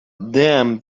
damned